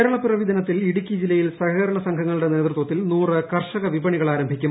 കേരളപ്പിറവി ദിനത്തിൽ ഇടുക്കി ജില്ലയിൽ സഹകരണ സംഘങ്ങളുടെ നേതൃത്വത്തിൽ നൂറ് കർഷക വിപണികൾ ആരംഭിക്കും